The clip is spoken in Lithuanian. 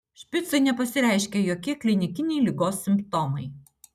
špicui nepasireiškė jokie klinikiniai ligos simptomai